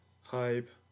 Hype